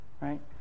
right